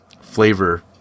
flavor